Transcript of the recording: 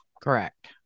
Correct